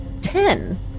Ten